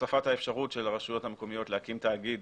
הוספת האפשרות של הרשויות המקומיות להקים תאגיד